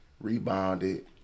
rebounded